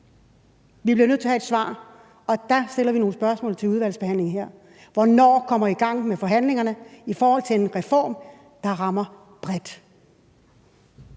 vi bliver nødt til at have et svar, og vi stiller nogle spørgsmål under udvalgsbehandlingen: Hvornår kommer I i gang med forhandlingerne i forhold til en reform, der rammer bredt?